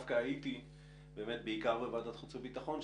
הייתי בעיקר בוועדת החוץ והביטחון,